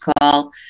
call